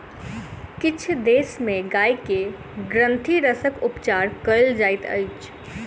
किछ देश में गाय के ग्रंथिरसक उपचार कयल जाइत अछि